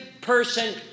person